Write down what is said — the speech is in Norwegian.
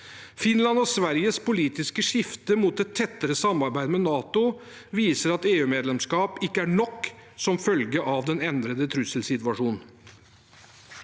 Finland og Sveriges politiske skifte mot et tettere samarbeid med NATO viser at EU-medlemskap ikke er nok, som følge av den endrede trusselsituasjonen.